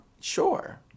sure